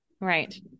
Right